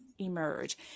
emerge